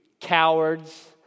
cowards